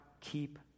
keep